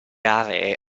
aree